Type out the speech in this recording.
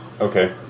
Okay